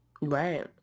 Right